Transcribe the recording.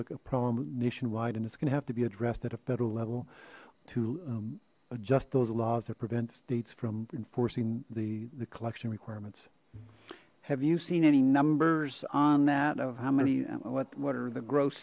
a problem nation and it's gonna have to be addressed at a federal level to adjust those laws that prevent the states from enforcing the the collection requirements have you seen any numbers on that of how many what are the gross